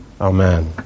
Amen